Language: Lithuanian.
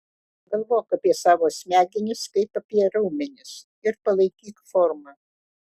galvok apie savo smegenis kaip apie raumenis ir palaikyk formą